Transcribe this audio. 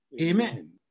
Amen